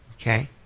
Okay